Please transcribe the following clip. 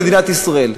במדינת ישראל.